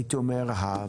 הייתי אומר,